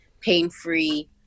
pain-free